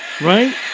Right